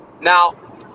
Now